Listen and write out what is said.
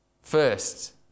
first